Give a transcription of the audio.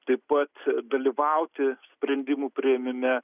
taip pat dalyvauti sprendimų priėmime